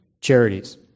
charities